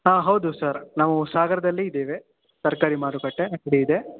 ಹಾಂ ಹೌದು ಸರ್ ನಾವು ಸಾಗರದಲ್ಲಿ ಇದ್ದೇವೆ ತರಕಾರಿ ಮಾರುಕಟ್ಟೆ ಅಂಗಡಿ ಇದೆ